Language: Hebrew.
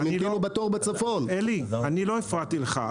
לא הפרעתי לך.